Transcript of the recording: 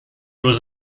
was